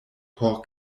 por